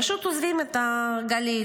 פשוט עוזבים את הגליל.